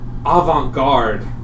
avant-garde